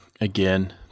again